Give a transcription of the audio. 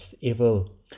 evil